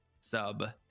sub